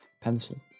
pencil